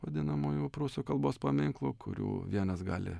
vadinamųjų prūsų kalbos paminklų kurių vienas gali